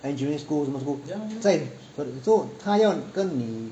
engineering school 什么 school 在 so 他要跟你